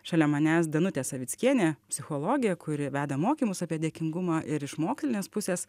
šalia manęs danutė savickienė psichologė kuri veda mokymus apie dėkingumą ir iš mokslinės pusės